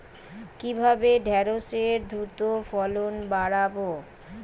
কিভাবে ঢেঁড়সের দ্রুত ফলন বাড়াব?